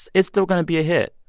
it's it's still going to be a hit,